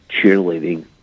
cheerleading